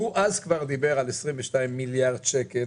אז הוא כבר דיבר על 22 מיליארד שקל.